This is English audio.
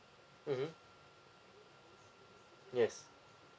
mmhmm yes